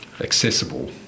Accessible